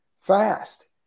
fast